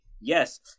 Yes